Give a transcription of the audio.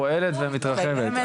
פועלת ומתרחבת,